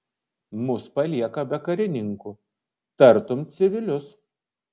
mus palieka be karininkų tartum civilius